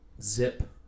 zip